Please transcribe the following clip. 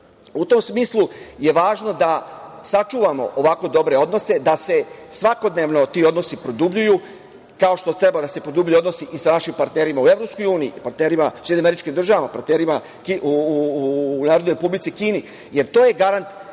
U tom smislu je važno da sačuvamo ovako dobre odnose, da se svakodnevno ti odnosi produbljuju, kao što treba da se produbljuju odnosi i sa našim partnerima u EU i partnerima u SAD, partnerima u Narodnoj Republici Kini, jer to je garant